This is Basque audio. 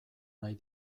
nahi